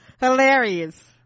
hilarious